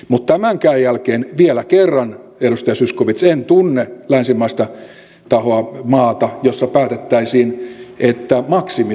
mutta tämänkään jälkeen vielä kerran edustaja zyskowicz en tunne länsimaista tahoa maata jossa päätettäisiin että maksimit samalla